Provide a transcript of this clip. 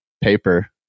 paper